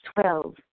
Twelve